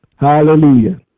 Hallelujah